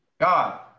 God